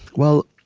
well,